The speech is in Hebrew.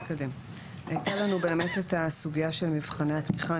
הייתה לנו באמת את הסוגיה של מבחני התמיכה.